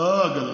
לא עגלה,